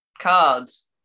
cards